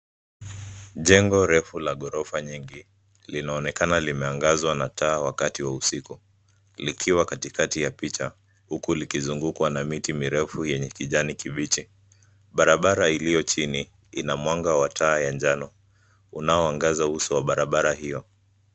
Jengo refu la ghorofa nyingi linaonekana limeangazwa na taa wakati wa usiku, likiwa katikati ya picha huku likizungukwa na miti mirefu yenye kijani kibichi. Barabara iliyo chini ina mwanga wa taa ya njano unaoangaza uso wa barabara hio.